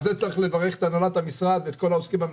על זה צריך לברך את הנהלת המשרד ואת כל העוסקים במלאכה,